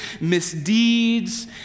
misdeeds